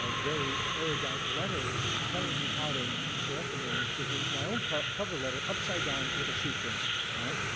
ah very erudite letter telling me how to correct the manuscript, it was my own cover cover letter upside down with a shoe print on it.